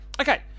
okay